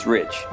Rich